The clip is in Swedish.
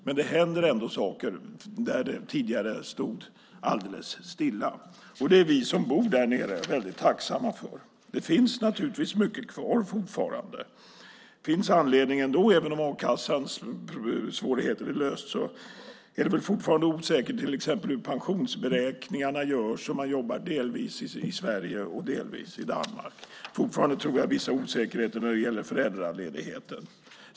Men det händer nu saker där det tidigare stod alldeles stilla. Det är vi som bor där nere väldigt tacksamma för. Även om a-kassans svårigheter är lösta är det fortfarande osäkert till exempel hur pensionsberäkningarna görs om man jobbar delvis i Sverige och delvis i Danmark. Det är fortfarande viss osäkerhet vad gäller föräldraledigheten.